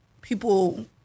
people